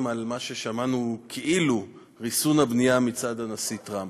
על מה ששמענו כאילו ריסון הבנייה מצד הנשיא טראמפ: